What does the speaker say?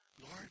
Lord